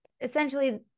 essentially